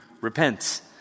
Repent